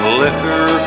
liquor